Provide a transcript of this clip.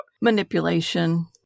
manipulation